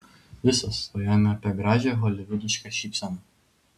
visos svajojame apie gražią holivudišką šypseną